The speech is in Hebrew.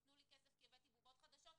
תנו לי כסף כי הבאתי בובות חדשות.